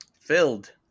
filled